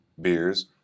beers